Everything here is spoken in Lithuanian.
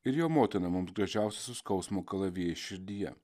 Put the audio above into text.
ir jo motina mums gražiausia su skausmo kalavijais širdyje